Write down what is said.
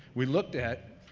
we look at